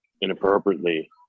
inappropriately